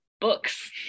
books